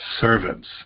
servants